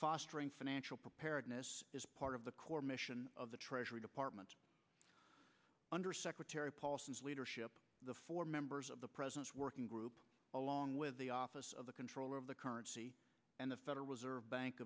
fostering financial preparedness is part of the core mission of the treasury department under secretary paulson's leadership the four members of the president's working group along with the office of the controller of the currency and the federal reserve bank